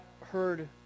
heard